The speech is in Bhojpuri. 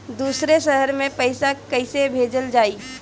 दूसरे शहर में पइसा कईसे भेजल जयी?